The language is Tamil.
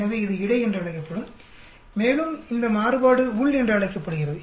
எனவே இது இடை என்று அழைக்கப்படும் மேலும் இந்த மாறுபாடு உள் என்று அழைக்கப்படுகிறது